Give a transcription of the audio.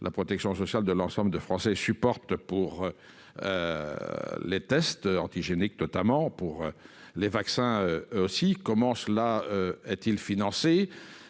la protection sociale de l'ensemble des Français, supporte pour les tests antigéniques, ainsi que pour les vaccins. Comment tout cela est-il financé ?